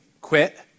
quit